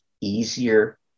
easier